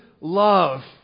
love